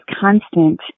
constant